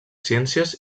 ciències